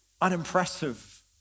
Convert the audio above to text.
unimpressive